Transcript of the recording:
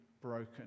broken